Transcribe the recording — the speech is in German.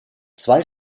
zwei